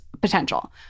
potential